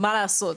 מה לעשות,